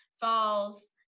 falls